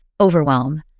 overwhelm